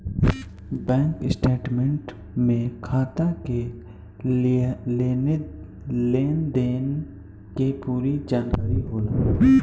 bank statement में खाता के लेनी देनी के पूरा जानकारी होला